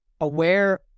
aware